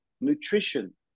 nutrition